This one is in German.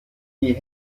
die